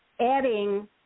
adding